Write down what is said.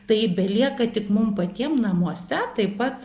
tai belieka tik mum patiem namuose taip pat